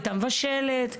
הייתה מבשלת,